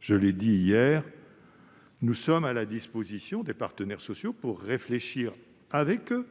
Je l'ai dit hier, nous sommes à la disposition des partenaires sociaux pour réfléchir, avec eux,